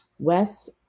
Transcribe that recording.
Wes